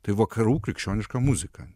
tai vakarų krikščioniška muzika